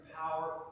power